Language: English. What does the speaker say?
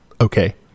okay